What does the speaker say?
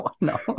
no